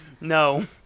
No